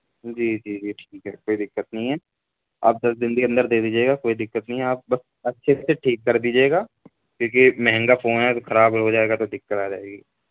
جی جی جی ٹھیک ہے کوئی دقت نہیں ہے آپ دس دن کے اندر دے دیجیے گا کوئی دقت نہیں ہے آپ بس اچھے سے ٹھیک کر دیجیے گا کیوںکہ مہنگا فون ہے تو خراب ہو جائے گا تو دقت آ جائے گی